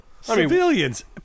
Civilians